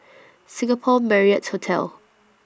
Singapore Marriott Hotel